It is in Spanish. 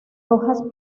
hojas